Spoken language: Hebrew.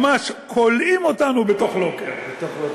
ממש כולאים אותנו בתוך לוקר.